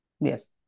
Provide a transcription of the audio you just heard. Yes